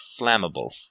flammable